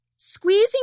Squeezing